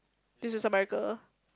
this is America